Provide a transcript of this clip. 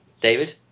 David